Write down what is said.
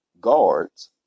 guards